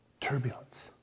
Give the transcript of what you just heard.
turbulence